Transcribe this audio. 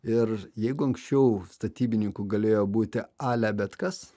ir jeigu anksčiau statybininku galėjo būti ale bet kas